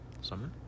Summer